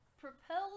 propelled